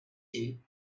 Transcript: you